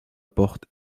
porte